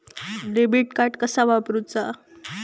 Debit card कसा वापरुचा?